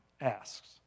asks